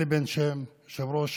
אלי בן שם, יושב-ראש